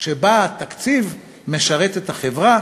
שבה התקציב משרת את החברה